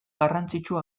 garrantzitsu